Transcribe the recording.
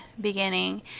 beginning